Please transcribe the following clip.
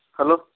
hello